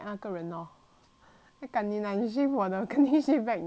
kanina 你 shave 我的肯定 shave back 你的 jibai